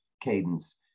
cadence